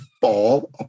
fall